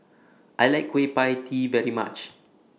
I like Kueh PIE Tee very much